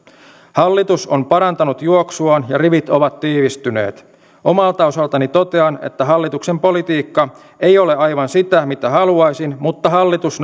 hallitus on parantanut juoksuaan ja rivit ovat tiivistyneet omalta osaltani totean että hallituksen politiikka ei ole aivan sitä mitä haluaisin mutta hallitus